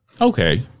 Okay